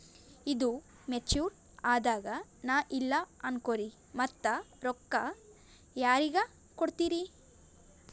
ಈದು ಮೆಚುರ್ ಅದಾಗ ನಾ ಇಲ್ಲ ಅನಕೊರಿ ಮತ್ತ ರೊಕ್ಕ ಯಾರಿಗ ಕೊಡತಿರಿ?